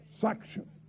section